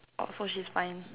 orh so she's fine